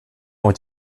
what